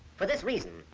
for this reason,